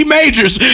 Majors